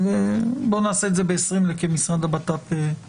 13:30.